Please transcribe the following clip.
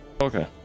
okay